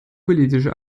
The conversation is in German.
politische